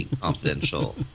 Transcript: confidential